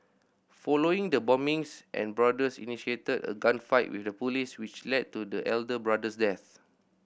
following the bombings and brothers initiated a gunfight with the police which led to the elder brother's death